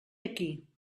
aquí